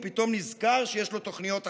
הוא פתאום נזכר שיש לו תוכניות אחרות,